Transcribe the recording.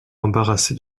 embarrassé